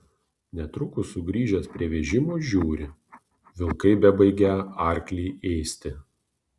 netrukus sugrįžęs prie vežimo žiūri vilkai bebaigią arklį ėsti